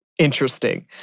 Interesting